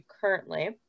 currently